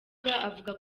avuga